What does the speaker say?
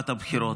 בתקופת הבחירות.